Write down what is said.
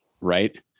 Right